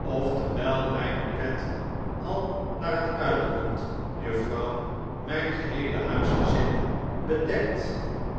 of terwijl mijne pet al naar het uitkomt juffrouw mijn geheele huisgezin bedekt